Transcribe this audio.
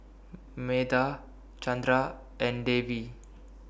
Medha Chandra and Devi